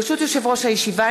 ברשות יושב-ראש הישיבה,